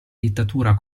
dittatura